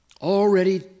already